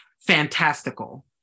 fantastical